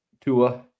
Tua